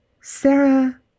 Sarah